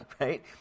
right